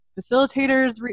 facilitators